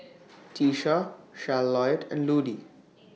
Tisha Charlottie and Ludie